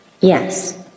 Yes